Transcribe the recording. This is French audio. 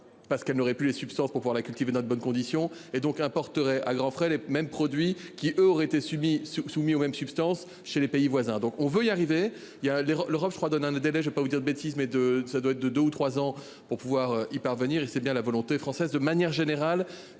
parce qu'elle n'aurait pu les substances pour pour la cultiver notre bonnes conditions et donc un porterait à grands frais les mêmes produits qui eux auraient été subis soumis aux mêmes substances chez les pays voisins, donc on veut y arriver, il y a les l'Europe je crois donne un je vais pas vous dire de bêtises, mais de, de, ça doit être de 2 ou 3 ans pour pouvoir y parvenir et c'est bien la volonté française de manière générale